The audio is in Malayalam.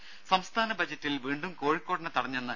രുര സംസ്ഥാന ബജറ്റിൽ വീണ്ടും കോഴിക്കോടിനെ തഴഞ്ഞെന്ന് എം